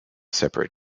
separate